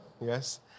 Yes